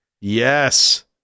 Yes